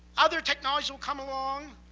other technologies will come along,